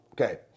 okay